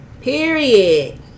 Period